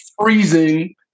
freezing